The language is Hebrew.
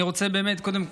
אני רוצה להודות